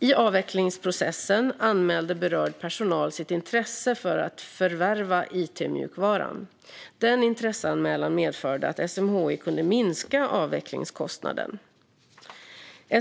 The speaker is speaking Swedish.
I avvecklingsprocessen anmälde berörd personal sitt intresse för att förvärva it-mjukvaran. Den intresseanmälan medförde att SMHI kunde minska avvecklingskostnaden.